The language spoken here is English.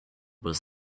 was